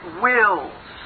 wills